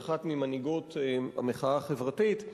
שהיא אחת ממנהיגות המחאה החברתית,